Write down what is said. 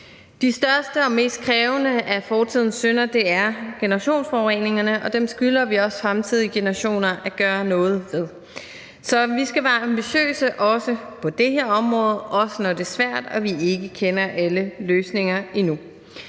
De største og mest krævende af fortidens synder er generationsforureningerne, og dem skylder vi også fremtidige generationer at gøre noget ved. Så vi skal være ambitiøse på det her område, også når det er svært og vi ikke kender alle løsninger endnu.